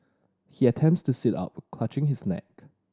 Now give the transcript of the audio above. he attempts to sit up clutching his neck